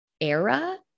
era